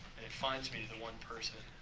and it finds me the one person